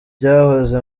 byahoze